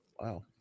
Wow